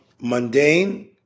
mundane